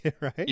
right